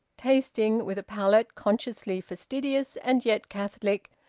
tasting with a palate consciously fastidious and yet catholic,